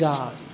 God